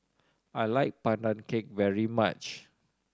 I like Pandan Cake very much